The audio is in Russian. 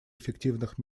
эффективных